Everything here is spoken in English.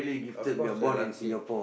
of course we're lucky